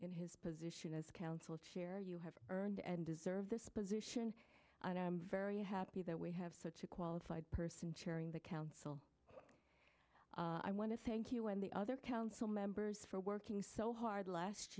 white position as council chair you have earned and deserve this position and i am very happy that we have such a qualified person chairing the council i want to thank you and the other council members for working so hard last